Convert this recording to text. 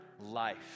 Life